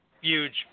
Huge